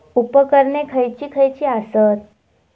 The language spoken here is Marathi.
उपकरणे खैयची खैयची आसत?